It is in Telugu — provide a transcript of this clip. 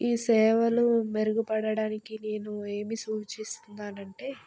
ఈ సేవలు మెరుగుపడడానికి నేను ఏమి సూచిస్తున్నానంటే